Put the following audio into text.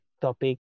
topic